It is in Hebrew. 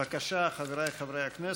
בבקשה, חבריי חברי הכנסת,